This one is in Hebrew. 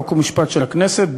חוק ומשפט של הכנסת,